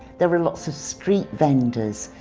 there are lots of street vendors.